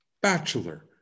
Bachelor